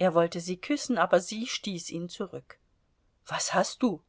er wollte sie küssen aber sie stieß ihn zurück was hast du